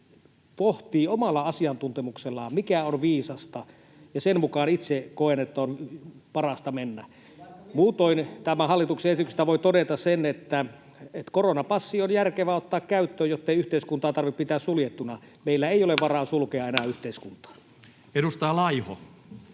pohtii omalla asiantuntemuksellaan, mikä on viisasta. Itse koen, että sen mukaan on parasta mennä. [Mika Niikon välihuuto] Muutoin tästä hallituksen esityksestä voi todeta sen, että koronapassi on järkevä ottaa käyttöön, jottei yhteiskuntaa tarvitse pitää suljettuna. Meillä ei ole varaa sulkea yhteiskuntaa enää. Edustaja Laiho.